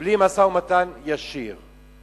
בלי משא-ומתן ישיר?